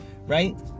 right